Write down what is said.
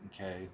okay